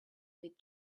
with